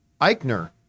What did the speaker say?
Eichner